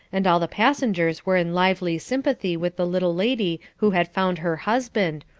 and all the passengers were in lively sympathy with the little lady who had found her husband,